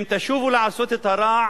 אם תשובו לעשות את הרע,